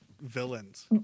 villains